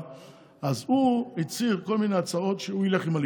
מי שהעלה,